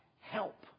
help